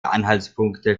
anhaltspunkte